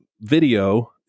video